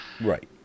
Right